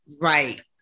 Right